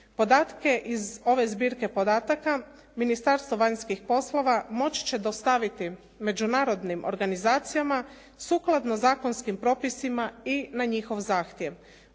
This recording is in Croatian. Podatke iz ove zbirke podataka Ministarstvo vanjskih poslova moći će dostaviti međunarodnim organizacijama sukladno zakonskim propisima i na njihov zahtjev.